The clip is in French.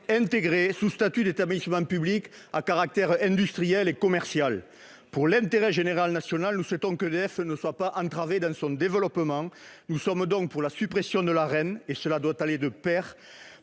intégré sous statut d'établissement public à caractère industriel et commercial. Pour l'intérêt national général, nous souhaitons qu'EDF ne soit pas entravée dans son développement. Nous sommes donc favorables à la suppression de l'Arenh, ce qui doit aller de pair